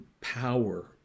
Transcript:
power